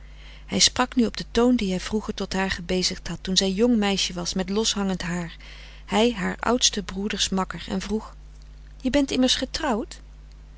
hij sprak nu op den toon dien hij vroeger tot haar gebezigd had toen zij jong meisje was met loshangend haar hij haars oudsten broeders makker en vroeg je bent immers getrouwd